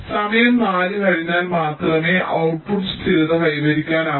അതിനാൽ സമയം 4 കഴിഞ്ഞാൽ മാത്രമേ ഔട്ട്പുട്ട് സ്ഥിരത കൈവരിക്കാനാകൂ